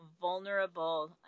vulnerable